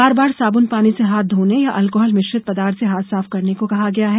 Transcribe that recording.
बार बार साबुन पानी से हाथ धोने या अल्कोहल मिश्रित पदार्थ से हाथ साफ करने को को कहा गया है